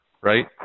right